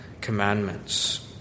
commandments